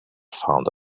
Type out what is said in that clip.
found